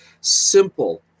simple